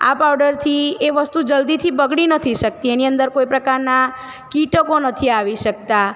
આ પાવડરથી એ વસ્તુ જલ્દીથી બગડી નથી શકતી એની અંદર કોઈ પ્રકારના કીટકો નથી આવી શકતા